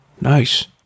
Nice